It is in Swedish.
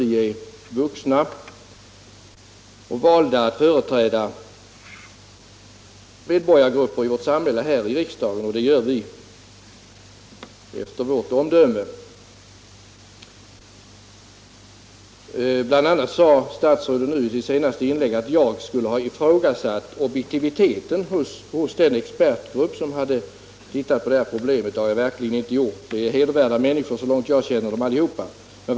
Vi är vuxna och valda att företräda medborgargrupper i samhället här i riksdagen. Det gör vi också efter vårt omdöme. I sitt senaste inlägg sade statsrådet bl.a. att jag skulle ha ifrågasatt objektiviteten hos den expertgrupp som hade studerat de problem vi nu diskuterar. Det har jag verkligen inte gjort. Så långt jag känner medlemmarna i den gruppen är de alla hedervärda människor.